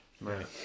Right